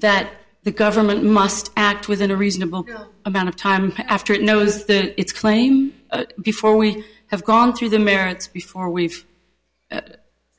that the government must act within a reasonable amount of time after it knows its claim before we have gone through the merits before we've